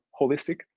holistic